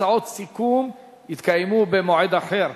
הצעת ועדת העבודה